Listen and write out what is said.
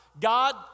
God